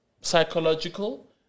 psychological